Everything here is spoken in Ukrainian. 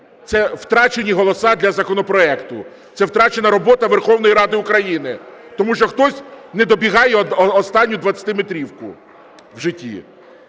це втрачені голоси для законопроекту, це втрачена робота Верховної Ради України, тому що хтось не добігає останню 20-метрівку в житті.